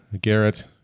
Garrett